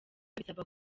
bisaba